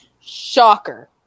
Shocker